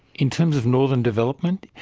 in terms of northern development,